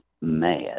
mad